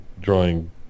drawing